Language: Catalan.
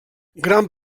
gran